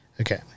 Okay